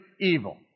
evil